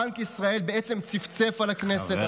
בנק ישראל בעצם צפצף על הכנסת.